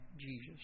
Jesus